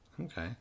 Okay